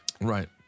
Right